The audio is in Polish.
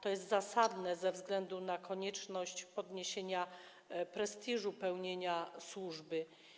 To jest zasadne ze względu na konieczność podniesienia prestiżu dotyczącego pełnienia służby.